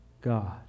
God